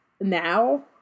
now